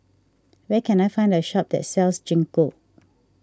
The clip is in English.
where can I find a shop that sells Gingko